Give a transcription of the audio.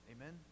Amen